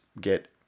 get